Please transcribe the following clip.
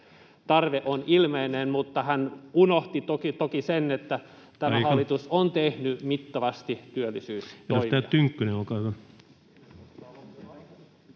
tarve on ilmeinen, mutta hän unohti toki sen, että [Puhemies: Aika!] tämä hallitus on tehnyt mittavasti työllisyystoimia.